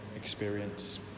experience